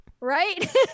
Right